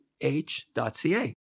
H.ca